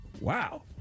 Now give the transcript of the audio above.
Wow